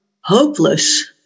hopeless